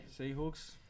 Seahawks